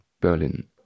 Berlin